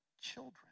children